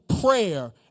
prayer